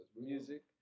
music